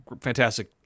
Fantastic